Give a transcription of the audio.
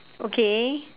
okay